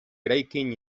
eraikin